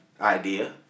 idea